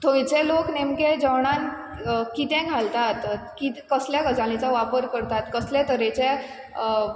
थंयचे लोक नेमके जेवणान किदें घालतात किद कसल्या गजालीचो वापर करतात कसले तरचे